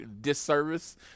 disservice